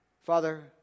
Father